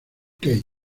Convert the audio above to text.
kate